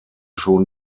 schon